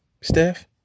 Steph